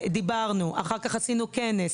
דיברנו, אחר כך עשינו כנס.